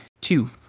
two